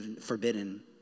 forbidden